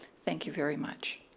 thank you very much.